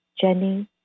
Jenny